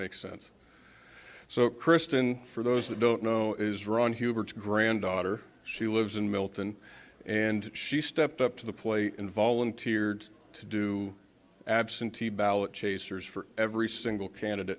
makes sense so kristen for those that don't know is ron hubert's granddaughter she lives in milton and she stepped up to the plate and volunteered to do absentee ballot chasers for every single can